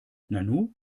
nanu